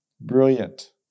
Brilliant